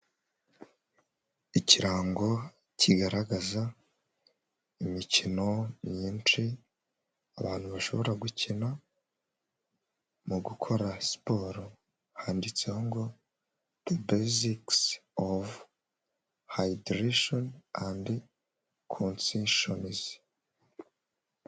Ikirango kigaragaza imikino myinshi abantu bashobora gukina mu gukora siporo, handitseho ngode bezikisi ovu hayidirishani andi kosinhenizi.